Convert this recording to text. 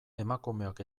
emakumeok